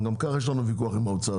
וגם ככה יש לנו וויכוח עם האוצר,